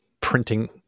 printing